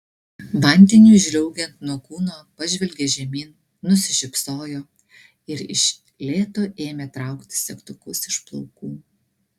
vandeniui žliaugiant nuo kūno pažvelgė žemyn nusišypsojo ir iš lėto ėmė traukti segtukus iš plaukų